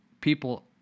People